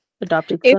adopted